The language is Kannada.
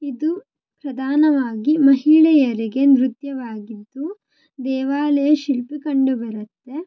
ಇದು ಪ್ರಧಾನವಾಗಿ ಮಹಿಳೆಯರಿಗೆ ನೃತ್ಯವಾಗಿದ್ದು ದೇವಾಲಯ ಶಿಲ್ಪ ಕಂಡು ಬರುತ್ತೆ